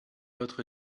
votre